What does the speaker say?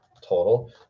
total